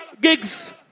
gigs